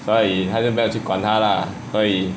所以他就不要去管它了所以